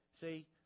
See